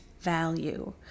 value